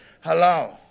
hello